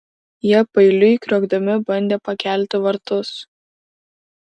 jie paeiliui kriokdami bandė pakelti vartus